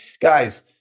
Guys